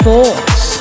Force